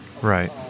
Right